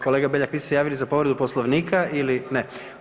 Kolega Beljak, vi ste se javili za povredu Poslovnika ili ne?